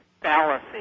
fallacy